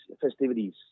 festivities